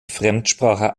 fremdsprache